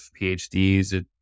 PhDs